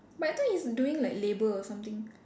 but I thought he's doing like labour or something